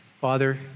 Father